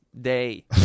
Day